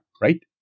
right